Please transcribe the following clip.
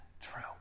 true